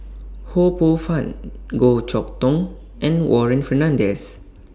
Ho Poh Fun Goh Chok Tong and Warren Fernandez